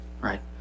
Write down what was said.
right